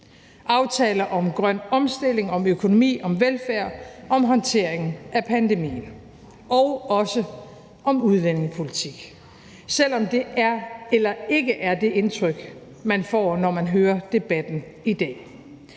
aftaler om grøn omstilling, om økonomi, om velfærd, om håndtering af pandemien og også om udlændingepolitik, selv om det ikke er det indtryk, man får, når man hører debatten i dag.